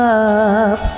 up